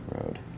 Road